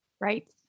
Right